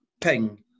ping